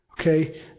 okay